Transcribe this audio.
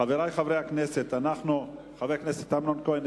חבר הכנסת אמנון כהן,